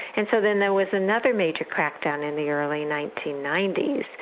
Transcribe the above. and so then there was another major crackdown in the early nineteen ninety s.